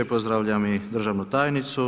Pozdravljam i državnu tajnicu.